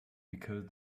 because